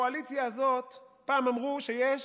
בקואליציה הזאת פעם אמרו שיש